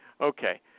okay